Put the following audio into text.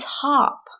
top